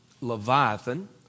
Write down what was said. Leviathan